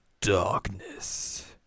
darkness